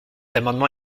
amendement